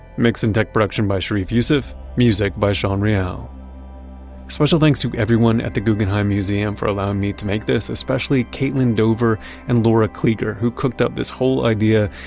mix and tech production by sharif youssef. music by sean real special thanks to everyone at the guggenheim museum for allowing me to make this. especially caitlin dover and laura kleger, who cooked up this whole idea,